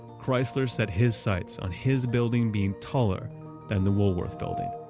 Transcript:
chrysler set his sights on his building being taller than the woolworth building,